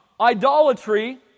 idolatry